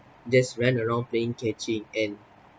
just ran around playing catching and